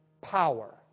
power